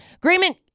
agreement